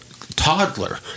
toddler